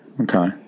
Okay